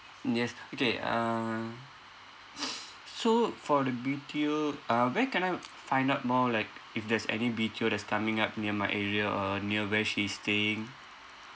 yes okay uh so for the B_T_O uh where can I find out more like if there's any B_T_O that's coming up near my area or near where she is staying